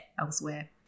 elsewhere